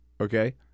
Okay